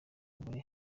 bagore